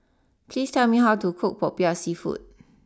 please tell me how to cook Popiah Seafood